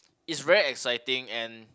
it's very exciting and